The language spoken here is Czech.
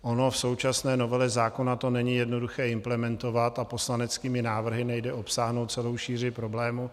Ono v současné novele zákona to není jednoduché implementovat a poslaneckými návrhy nejde obsáhnout celou šíři problému.